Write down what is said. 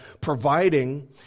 providing